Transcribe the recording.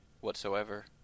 whatsoever